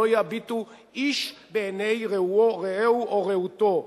לא יביטו איש בעיני רעהו או רעותו,